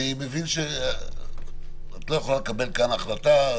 אני מבין שאת לא יכולה לקבל כאן החלטה,